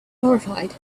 horrified